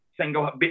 single